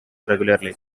regularly